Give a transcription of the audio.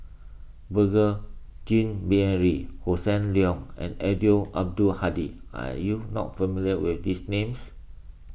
Beurel Jean Marie Hossan Leong and Eddino Abdul Hadi are you not familiar with these names